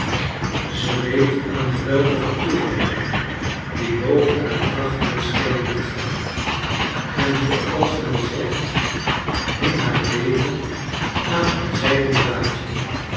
zij leed aan geweldige toevallen die boven haar krachten schenen te gaan en zooals men zegt hing haar leven aan een zijden draadje